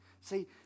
See